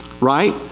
right